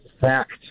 fact